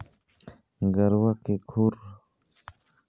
गरवा के खुरा रोग के बचाए के उपाय बताहा?